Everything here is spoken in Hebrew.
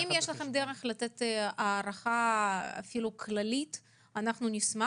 אם יש דרך לתת הערכה כללית נשמח